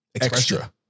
extra